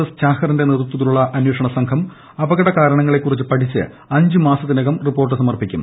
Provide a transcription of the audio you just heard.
S ഛാഹറിന്റെ നേതൃത്വത്തിലുള്ള അന്വേഷണ സംഘം അപകട കാരണങ്ങളെക്കുറിച്ച് പഠിച്ച് അഞ്ച് മാസത്തിനകം റിപ്പോർട്ട് സമർപ്പിക്കും